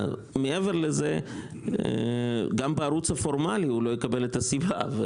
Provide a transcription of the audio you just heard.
מעבר לזה, גם בערוץ הפורמלי הוא לא יקבל את הסיבה.